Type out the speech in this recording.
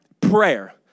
prayer